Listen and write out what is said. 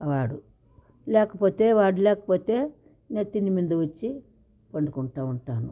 వాడు లేకపోతే వాడు లేకపోతే నేను తినిమీద వచ్చి పండుకుంటా ఉంటాను